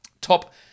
Top